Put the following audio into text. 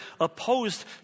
opposed